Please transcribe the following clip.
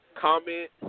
comment